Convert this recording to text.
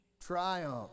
triumph